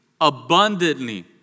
abundantly